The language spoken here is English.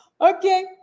Okay